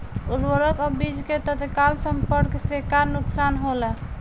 उर्वरक अ बीज के तत्काल संपर्क से का नुकसान होला?